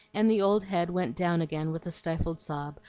and the old head went down again with a stifled sob,